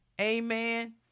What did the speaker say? amen